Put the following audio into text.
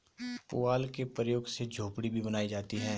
पुआल के प्रयोग से झोपड़ी भी बनाई जाती है